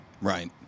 Right